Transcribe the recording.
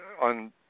on